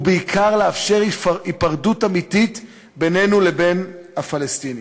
ובעיקר לאפשר היפרדות אמיתית בינינו לבין הפלסטינים.